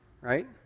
right